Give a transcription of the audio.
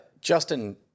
Justin